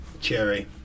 Cherry